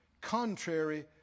contrary